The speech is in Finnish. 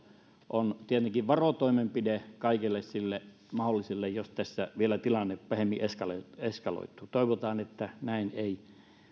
on tietenkin varotoimenpide kaikelle sille mahdolliselle jos tässä vielä tilanne pahemmin eskaloituu eskaloituu toivotaan että näin ei